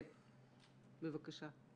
בבקשה.